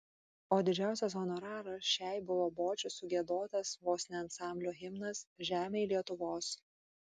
o didžiausias honoraras šiai buvo bočių sugiedotas vos ne ansamblio himnas žemėj lietuvos